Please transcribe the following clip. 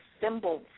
symbols